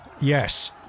Yes